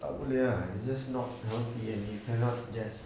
tak boleh ah it's just not healthy and you cannot just